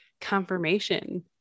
confirmation